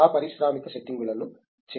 ఆ పారిశ్రామిక సెట్టింగులను చేయడం